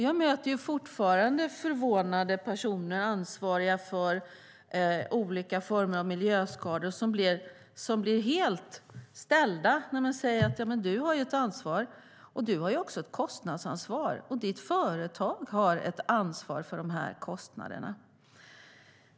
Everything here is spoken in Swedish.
Jag möter fortfarande personer som är ansvariga för olika former av miljöskador som blir helt ställda när jag säger att de och deras företag har ett ansvar och ett kostnadsansvar.